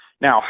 Now